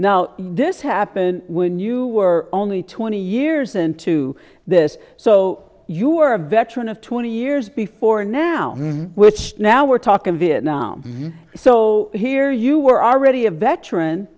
now this happened when you were only twenty years into this so you were a veteran of twenty years before now which now we're talking vietnam so here you were already a veteran